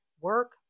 work